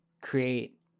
create